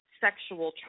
sexual